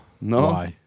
No